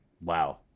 wow